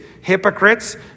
Hypocrites